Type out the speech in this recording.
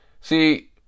See